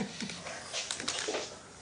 גרינר- -- השאלה שלי היא אם אתם מייצגים את כלל